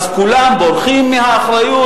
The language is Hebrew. כולם בורחים מאחריות,